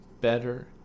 better